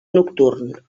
nocturn